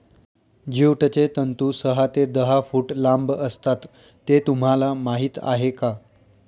ज्यूटचे तंतू सहा ते दहा फूट लांब असतात हे तुम्हाला माहीत आहे का